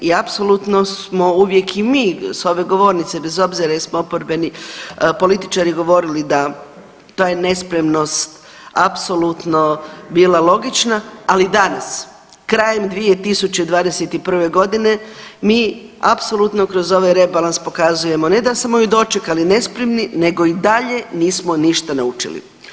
I apsolutno smo uvijek i mi sa ove govornice bez obzira jesmo li oporbeni političari govorili da ta je nespremnost bila apsolutno logična ali danas krajem 2021. godine mi apsolutno kroz ovaj rebalans pokazujemo ne da smo je dočekali nespremni, nego i dalje nismo ništa naučili.